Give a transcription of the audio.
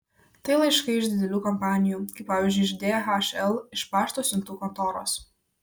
tai laiškai iš didelių kompanijų kaip pavyzdžiui iš dhl iš pašto siuntų kontoros